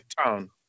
town